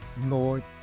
Lord